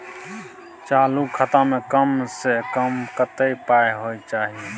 चालू खाता में कम से कम कत्ते पाई होय चाही?